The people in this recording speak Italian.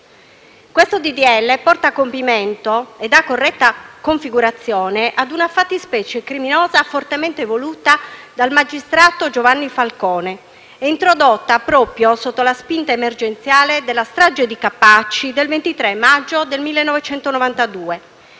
legge porta a compimento e dà corretta configurazione a una fattispecie criminosa fortemente voluta dal magistrato Giovanni Falcone e introdotta proprio sotto la spinta emergenziale della strage di Capaci del 23 maggio 1992,